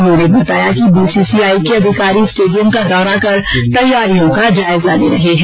उन्होंने बताया कि बीसीसीआई के अधिकारी स्टेडियम का दौरा कर तैयारियों का जायजा ले रहे हैं